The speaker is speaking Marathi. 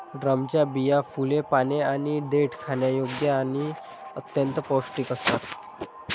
ड्रमच्या बिया, फुले, पाने आणि देठ खाण्यायोग्य आणि अत्यंत पौष्टिक असतात